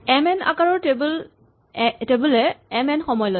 M N আকাৰৰ table A M N সময় লয়